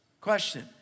Question